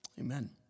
Amen